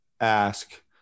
ask